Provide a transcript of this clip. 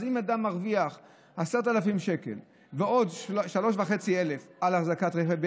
אז אם אדם מרוויח 10,000 שקל ועוד 3,500 שקל על אחזקת רכב,